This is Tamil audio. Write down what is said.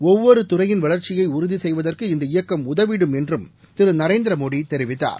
ஒவ்வொரு துறையின் வளர்ச்சியை உறுதி செய்வதற்கு இந்த இயக்கம் உதவிடும் என்றும் திரு நரேந்திரமோடி தெரிவித்தார்